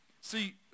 See